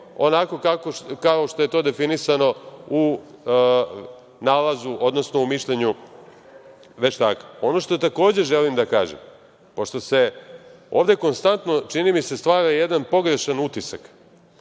onako kao što je to definisano u nalazu, odnosno u mišljenju veštaka. Ono što takođe želim da kažem, pošto se ovde konstantno, čini mi se, stvara jedan pogrešan utisak